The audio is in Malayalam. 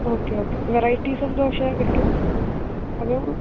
okay okay varieties of dosa കിട്ടുവോ അതോ